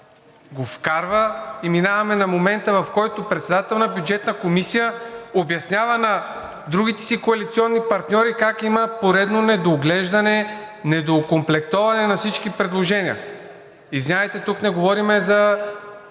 го вкара и минаваме на момента, в който председателят на Бюджетната комисия обяснява на другите си коалиционни партньори как има поредно недоглеждане, недокомплектуване на всички предложения. Извинявайте, но тук не говорим за